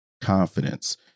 confidence